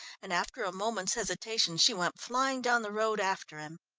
and after a moment's hesitation, she went flying down the road after him.